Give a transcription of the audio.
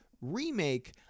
remake